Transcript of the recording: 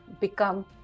become